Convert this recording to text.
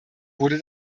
wurde